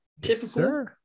Typical